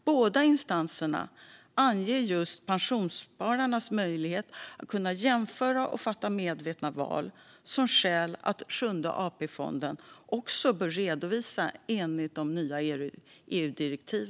Båda instanserna anger just pensionsspararnas möjlighet att jämföra och fatta medvetna val som skäl för att Sjunde AP-fonden också bör redovisa enligt EU:s nya direktiv.